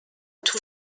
tout